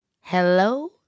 Hello